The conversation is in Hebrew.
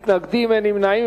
בעד, 7, אין מתנגדים ואין נמנעים.